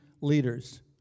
leaders